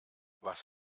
was